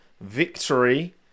victory